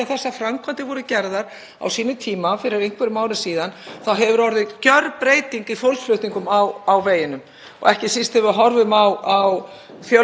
fjölgun fólks austan heiðar og eflingu fyrirtækja. Áhrif þessara lokana eru víðtækari en áður með auknum fólksfjölda og aukinni starfsemi ferðaþjónustu.